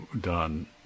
done